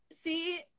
see